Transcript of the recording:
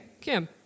Kim